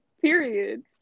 Period